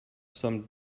some